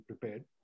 prepared